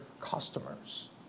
customers